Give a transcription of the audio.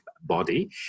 Body